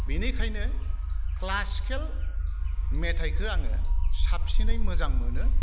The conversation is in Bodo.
बिनिखायनो क्लासिकेल मेथाइखो आङो साबसिनै मोजां मोनो